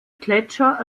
gletscher